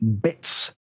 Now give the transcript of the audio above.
bits